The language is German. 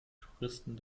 touristen